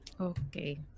Okay